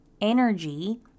energy